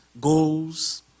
goals